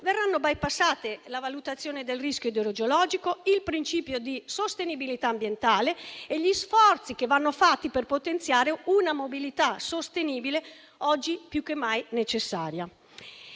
verranno bypassati la valutazione del rischio idrogeologico, il principio di sostenibilità ambientale e gli sforzi che vanno fatti per potenziare una mobilità sostenibile oggi più che mai necessaria.